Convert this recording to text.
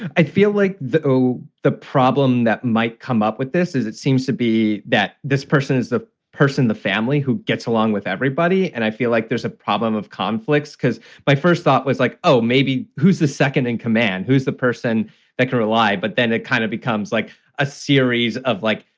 i feel like, though, the problem that might come up with this is it seems to be that this person is the person, the family who gets along with everybody. and i feel like there's a problem of conflicts because my first thought was like, oh, maybe who's the second in command? who is the person that can rely? but then it kind of becomes like a series of like,